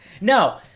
No